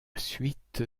suite